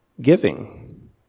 giving